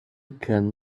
can